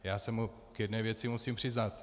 Já se mu k jedné věci musím přiznat.